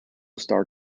star